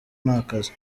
ntakazi